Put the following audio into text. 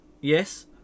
Yes